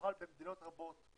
שמוחלת במדינות רבות,